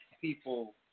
people